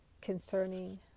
concerning